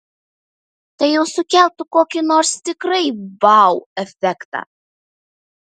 tai jau sukeltų kokį nors tikrai vau efektą